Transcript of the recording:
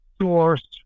source